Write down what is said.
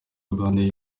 rwandair